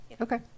Okay